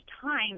time